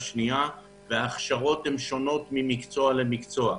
ההכשרות שונות לחלוטין ממקצוע למקצוע.